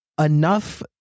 enough